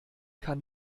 kann